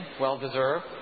well-deserved